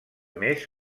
més